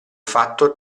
fatto